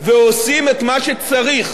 ועושים את מה שצריך.